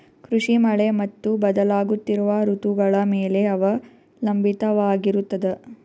ಕೃಷಿ ಮಳೆ ಮತ್ತು ಬದಲಾಗುತ್ತಿರುವ ಋತುಗಳ ಮೇಲೆ ಅವಲಂಬಿತವಾಗಿರತದ